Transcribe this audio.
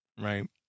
right